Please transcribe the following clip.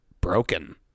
broken